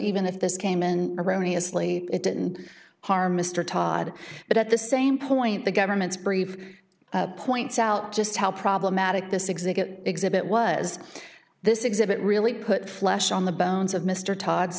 even if this kaman erroneous lee it didn't harm mr todd but at the same point the government's brief points out just how problematic this exhibit exhibit was this exhibit really put flesh on the bones of mr todd